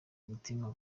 mutima